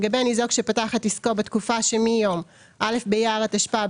לגבי ניזוק שפתח את עסקו בתקופה שמיום א' באייר התשפ"ב